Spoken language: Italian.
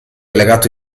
legato